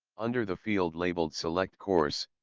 under the field labeled select course,